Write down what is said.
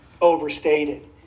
overstated